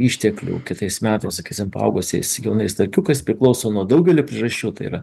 išteklių kitais metų sakysim paaugusiais jaunais starkiukais priklauso nuo daugelio priežasčių tai yra